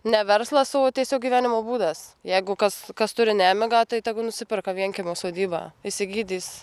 ne verslas o tiesiog gyvenimo būdas jeigu kas kas turi nemigą tai tegu nusiperka vienkiemio sodybą išsigydys